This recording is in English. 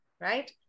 right